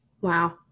Wow